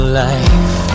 life